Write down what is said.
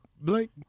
Blake